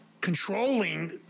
controlling